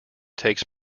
takes